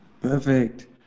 Perfect